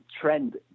trend